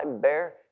bear